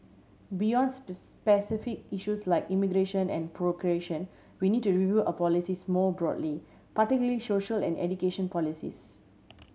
beyond specific issues like immigration and procreation we need to review our policies more broadly particularly social and education policies